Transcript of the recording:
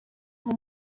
nka